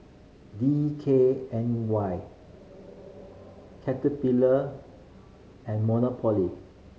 D K N Y Caterpillar and Monopoly